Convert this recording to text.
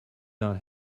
not